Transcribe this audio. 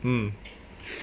hmm